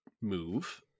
move